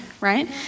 right